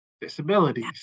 disabilities